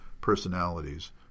personalities